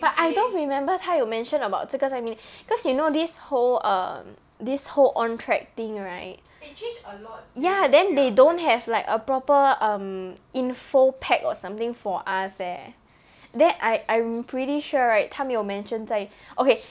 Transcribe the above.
but I don't remember 她有 mention about 这个在 meeting because you know this whole um this whole ontrac thing right ya then they don't have like a proper um info pack or something for us leh then I I'm pretty sure right 她没有 mention 在 okay